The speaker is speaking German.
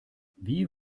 wie